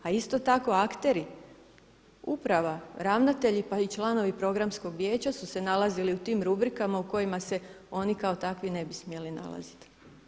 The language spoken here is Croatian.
A isto tako akteri, uprava, ravnatelji, pa i članovi Programskog vijeća su se nalazili u tim rubrikama u kojima se oni kao takvi ne bi smjeli nalaziti.